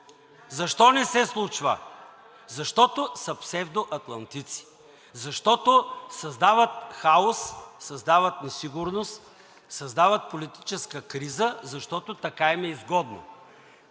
защо не се случва? Защото са псевдоатлантици. Защото създават хаос, създават несигурност, създават политическа криза, защото така им е изгодно.